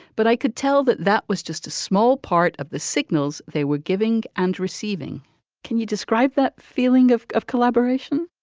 but i could tell that that was just a small part of the signals they were giving and receiving can you describe that feeling of of collaboration?